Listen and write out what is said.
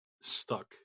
stuck